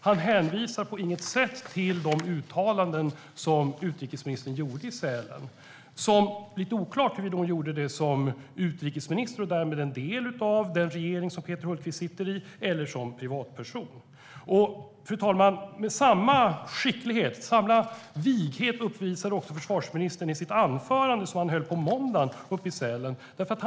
Han hänvisar på inget sätt till de uttalanden som utrikesministern gjorde i Sälen - uttalanden som det var lite oklart huruvida hon gjorde som utrikesminister och därmed en del av den regering som Peter Hultqvist sitter i eller som privatperson. Fru talman! Samma skicklighet och vighet uppvisade försvarsministern i det anförande han höll uppe i Sälen på måndagen.